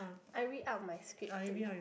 I read out my script to you